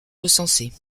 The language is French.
recensés